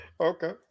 Okay